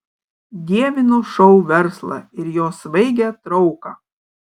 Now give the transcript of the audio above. dievinu šou verslą ir jo svaigią trauką